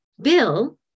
Bill